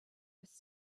was